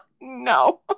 No